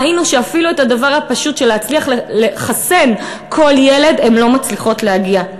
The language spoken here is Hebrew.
ראינו שאפילו לדבר הפשוט של להצליח לחסן כל ילד הן לא מצליחות להגיע,